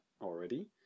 already